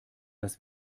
dass